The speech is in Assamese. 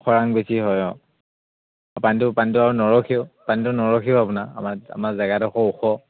খৰাং বেছি হয় অঁ পানীটো পানীটো আৰু নৰসিও পানীটো নৰসিও আপোনাৰ আমাৰ আমাৰ জেগাডোখৰ ওখ